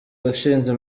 washinze